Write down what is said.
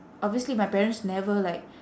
obviously my parents never like